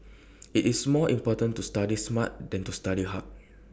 IT is more important to study smart than to study hard